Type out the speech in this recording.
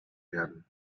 werden